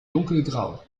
dunkelgrau